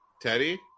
teddy